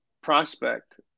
prospect